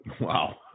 Wow